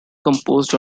composed